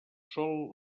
sol